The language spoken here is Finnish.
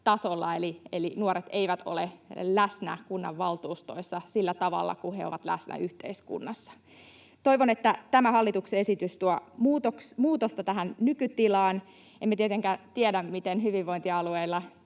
Eli nuoret eivät ole läsnä kunnanvaltuustoissa sillä tavalla kuin he ovat läsnä yhteiskunnassa. Toivon, että tämä hallituksen esitys tuo muutosta tähän nykytilaan. Emme tietenkään tiedä, miten hyvinvointialueilla